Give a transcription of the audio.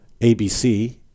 ABC